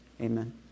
amen